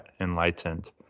enlightened